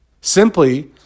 simply